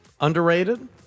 underrated